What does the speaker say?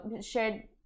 shared